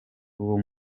uwo